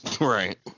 Right